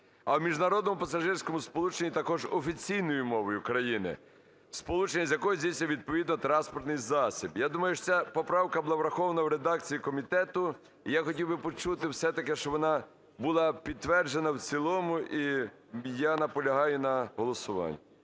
а в міжнародному пасажирському сполученні також офіційною мовою країни, сполучення з якою здійснює відповідний транспортний засіб. Я думаю, що ця поправка була врахована в редакції комітету. Я хотів би почути все-таки, що вона була підтверджена в цілому. І я наполягаю на голосуванні.